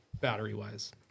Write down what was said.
battery-wise